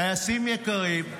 טייסים יקרים,